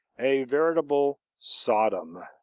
a veritable sodom.